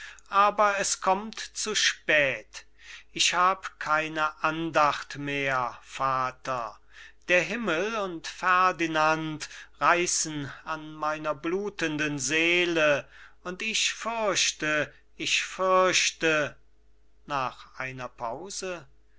aber es kommt zu spät ich hab keine andacht mehr vater der himmel und ferdinand reißen an meiner blutenden seele und ich fürchte ich fürchte